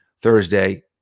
Thursday